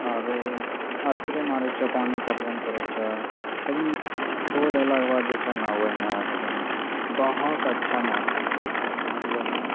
आओर स्प्रे मारै छिअ पानी पटवन करै छिअ लेकिन फूल अएलाके बाद जे छै ने ओहिमे बहुत अच्छा महसूस होइ छै समझलो ने